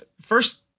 first